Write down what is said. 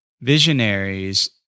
visionaries